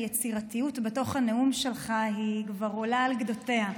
היצירתיות בתוך הנאום שלך היא כבר עולה על גדותיה.